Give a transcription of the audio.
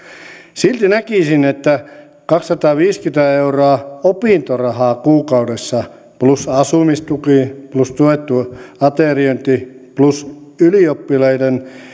silti näkisin että kaksisataaviisikymmentä euroa opintorahaa kuukaudessa plus asumistuki plus tuettu ateriointi plus ylioppilaiden